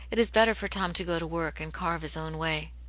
it is better for tom to go to work, and carve his own way.